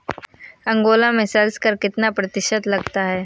Angola में sales कर कितना प्रतिशत तक लगता है?